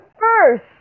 first